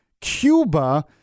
Cuba